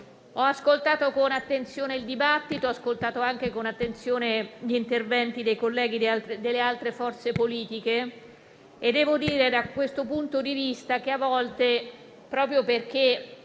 Ho ascoltato con attenzione il dibattito e ho ascoltato con attenzione gli interventi dei colleghi delle altre forze politiche. Devo dire da questo punto di vista che a volte, proprio perché